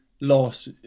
loss